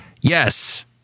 yes